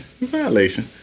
Violation